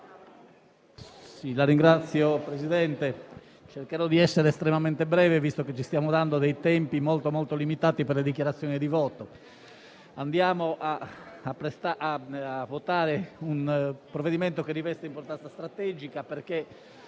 Signor Presidente, cercherò di essere estremamente sintetico, visto che ci stiamo dando tempi molto limitati per le dichiarazioni di voto. Ci apprestiamo a votare un provvedimento che riveste un'importanza strategica